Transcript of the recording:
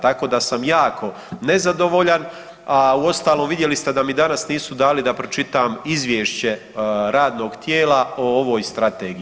Tako da sam jako nezadovoljan, a uostalom vidjeli ste da mi danas nisu dali da pročitam izvješće radnog tijela o ovoj strategiji.